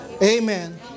Amen